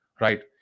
right